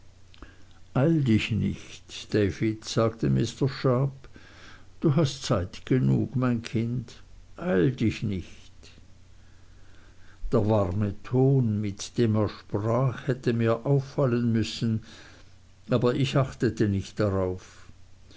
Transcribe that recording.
eil dich nicht david sagte mr sharp du hast zeit genug mein kind eil dich nicht der warme ton mit dem er sprach hätte mir auffallen müssen aber ich achtete nicht darauf